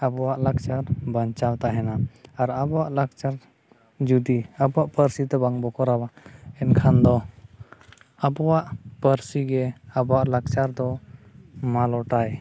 ᱟᱵᱚᱣᱟᱜ ᱞᱟᱠᱪᱟᱨ ᱵᱟᱧᱪᱟᱣ ᱛᱟᱦᱮᱱᱟ ᱟᱨ ᱟᱵᱚᱣᱟᱜ ᱞᱟᱠᱪᱟᱨ ᱡᱩᱫᱤ ᱟᱵᱚᱣᱟᱜ ᱯᱟᱹᱨᱥᱤᱛᱮ ᱵᱟᱝᱵᱚᱱ ᱠᱚᱨᱟᱣᱟ ᱮᱱᱠᱷᱟᱱ ᱫᱚ ᱟᱵᱚᱣᱟᱜ ᱯᱟᱹᱨᱥᱤᱜᱮ ᱟᱵᱚᱣᱟᱜ ᱞᱟᱠᱪᱟᱨ ᱫᱚ ᱢᱟᱞᱚᱴᱟᱭ